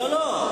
לא,